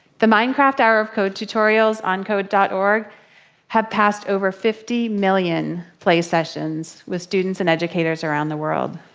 the minecraft hour of code tutorials on code dot org have passed over fifty million play sessions with students and educators around the world.